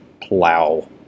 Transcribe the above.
plow